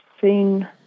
seen